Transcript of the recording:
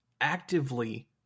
actively